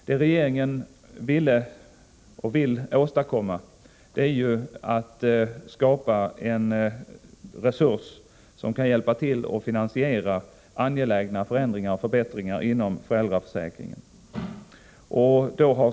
Det regeringen vill åstadkomma är ju att skapa en resurs som kan bidra till finansieringen av angelägna förändringar och förbättringar inom föräldraförsäkringen.